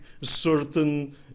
certain